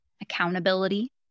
accountability